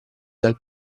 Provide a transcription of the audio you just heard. dal